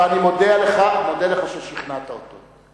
ואני מודה לך על ששכנעת אותו.